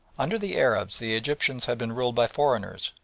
under the arabs the egyptians had been ruled by foreigners,